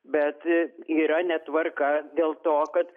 bet yra netvarka dėl to kad